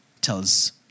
tells